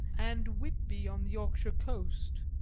and whitby on the yorkshire coast.